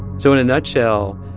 so in a nutshell,